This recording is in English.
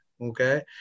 okay